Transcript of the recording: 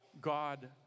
God